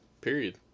Period